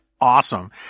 awesome